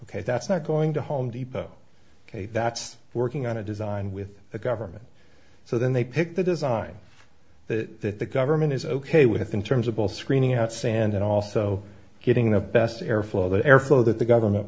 ok that's not going to home depot ok that's working on a design with the government so then they pick the design that the government is ok with in terms of both screening out sand and also getting the best airflow the airflow that the government